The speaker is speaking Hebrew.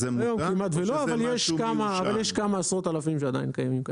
היום כמעט ולא אבל יש כמה עשרות-אלפים שעדיין קיימים.